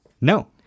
No